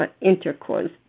intercourse